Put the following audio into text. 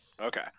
Okay